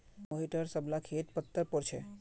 मोहिटर सब ला खेत पत्तर पोर छे